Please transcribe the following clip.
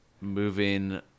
moving